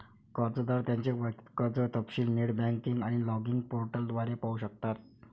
कर्जदार त्यांचे वैयक्तिक कर्ज तपशील नेट बँकिंग आणि लॉगिन पोर्टल द्वारे पाहू शकतात